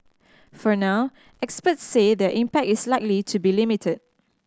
for now experts say their impact is likely to be limited